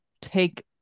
take